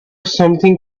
something